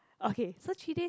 okay so three days